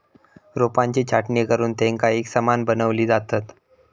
रोपांची छाटणी करुन तेंका एकसमान बनवली जातत